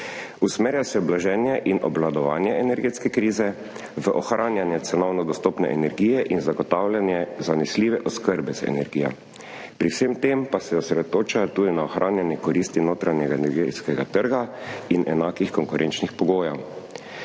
Usmerja se v blaženje in obvladovanje energetske krize, v ohranjanje cenovno dostopne energije in zagotavljanje zanesljive oskrbe z energijo. Pri vsem tem pa se osredotočajo tudi na ohranjanje koristi notranjega energetskega trga in enakih konkurenčnih pogojev.